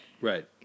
Right